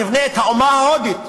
נבנה את האומה ההודית,